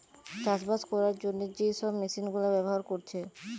চাষবাস কোরার জন্যে যে সব মেশিন গুলা ব্যাভার কোরছে